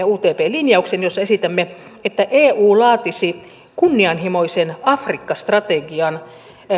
utp linjauksen jossa esitämme että eu laatisi kunnianhimoisen afrikka strategian